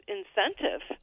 incentive